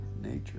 nature